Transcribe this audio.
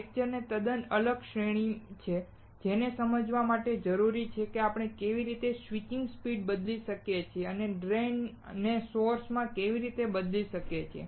લેક્ચરની એક તદ્દન અલગ શ્રેણી છે જેને સમજવા માટે જરૂરી છે આપણે કેવી રીતે સ્વિચિંગ સ્પીડ બદલી શકીએ અને ડ્રેઇન ને સોર્સ માં કેવી રીતે બદલી શકીએ